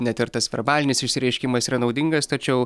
net ir tas verbalinis išsireiškimas yra naudingas tačiau